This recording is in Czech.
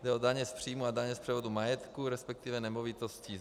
Jde o daně z příjmu a daně z převodu majetku, respektive nemovitostí.